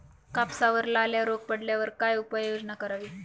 कापसावर लाल्या रोग पडल्यावर काय उपाययोजना करावी?